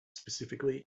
specifically